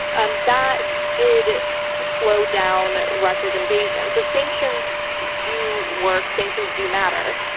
and that did slow down russia's invasion. so sanctions do work, sanctions do matter.